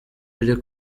riri